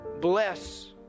Bless